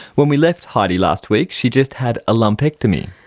when we left heidi last week, she just had a lumpectomy.